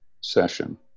session